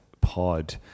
pod